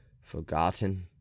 forgotten